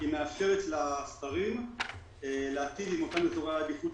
מאפשרת לשרים להיטיב עם אותם אזורי עדיפות